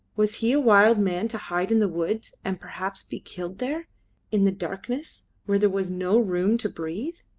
was he a wild man to hide in the woods and perhaps be killed there in the darkness where there was no room to breathe?